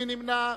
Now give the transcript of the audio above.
מי נמנע?